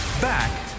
Back